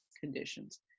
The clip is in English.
conditions